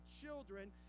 children